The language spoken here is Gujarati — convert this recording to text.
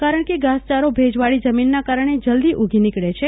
કારણકે ધાસયારો ભેજવાળી જમીનના કારણે જલ્દી ઉગી નીકળે છે